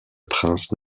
prince